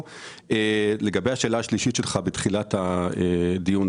לגבי שאלתך השלישית בתחילת הדיון,